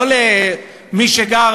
לא למי שגר,